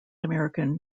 american